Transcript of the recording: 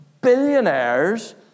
billionaires